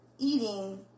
Eating